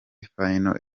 final